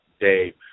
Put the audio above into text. Dave